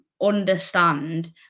understand